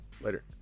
later